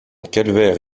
calvaire